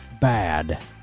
Bad